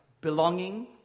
Belonging